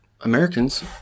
Americans